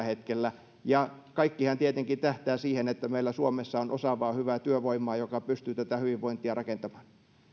hetkellä ja kaikkihan tietenkin tähtää siihen että meillä suomessa on osaavaa hyvää työvoimaa joka pystyy tätä hyvinvointia rakentamaan